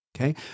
Okay